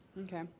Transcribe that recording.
Okay